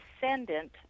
descendant